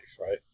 right